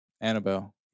Annabelle